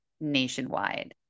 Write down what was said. nationwide